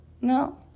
No